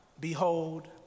behold